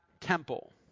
temple